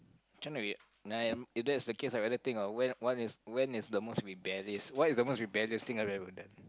trying to be if that's the case I rather think of when what when is the most rebellious what is the most rebellious thing I have ever done